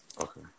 Okay